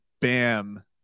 bam